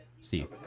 Steve